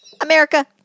America